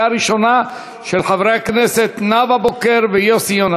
של חברי הכנסת נאוה בוקר ויוסי יונה,